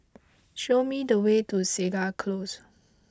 show me the way to Segar Close